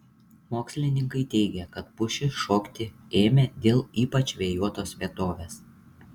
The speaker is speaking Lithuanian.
mokslininkai teigia kad pušys šokti ėmė dėl ypač vėjuotos vietovės